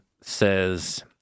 says